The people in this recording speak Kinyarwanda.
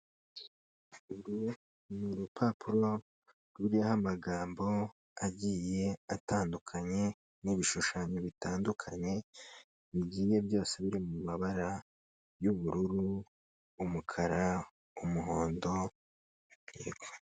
Uru ni urupapuro ruriho amagambo agiye atandukanye n'ibishushanyo bitandukanye, bigiye byose biri mu mabara y'ubururu, umukara, umuhondo.